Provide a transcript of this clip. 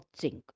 zinc